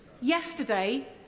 Yesterday